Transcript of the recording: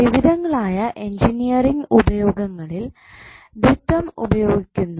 വിവിധങ്ങളായ എഞ്ചിനീയറിംഗ് ഉപയോഗങ്ങളിൽ ദ്വിത്വം ഉപയോഗിക്കുന്നു